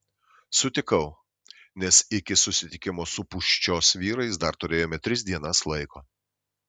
sutikau nes iki susitikimo su pūščios vyrais dar turėjome tris dienas laiko